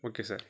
okay sir